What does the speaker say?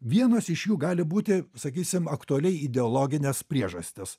vienos iš jų gali būti sakysim aktualiai ideologinės priežastys